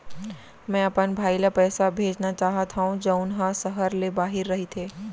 मै अपन भाई ला पइसा भेजना चाहत हव जऊन हा सहर ले बाहिर रहीथे